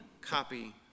copy